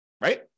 right